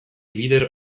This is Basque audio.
bider